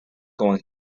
going